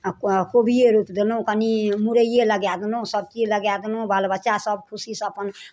कोबिये रोइप देलहुॅं कनि मूरै लगाए देलहुॅं सभ चीज लगाए देलहुॅं बाल बच्चा सभ खुशी से अपन